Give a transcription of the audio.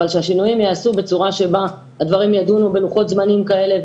אבל שהשינויים ייעשו בצורה שבה הדברים יידונו בלוחות זמנים כאלה,